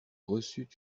reçut